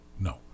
no